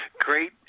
great